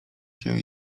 się